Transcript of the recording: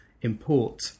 import